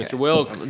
ah wilk.